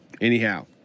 Anyhow